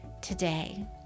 today